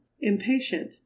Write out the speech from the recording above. impatient